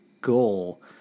goal